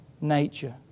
nature